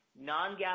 Non-GAAP